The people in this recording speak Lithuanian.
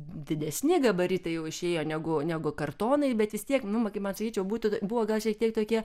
didesni gabaritai jau išėjo negu negu kartonai bet vis tiek nu man sakyčiau būtų buvo gal šiek tiek tokie